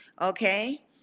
Okay